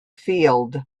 field